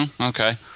Okay